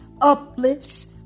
uplifts